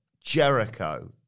Jericho